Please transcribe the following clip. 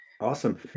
Awesome